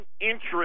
interest